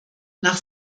nach